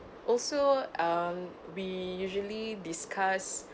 also um we usually discuss